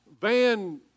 van